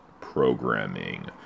programming